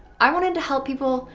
i wanted to help people,